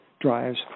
drives